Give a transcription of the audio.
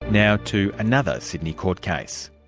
now to another sydney court case.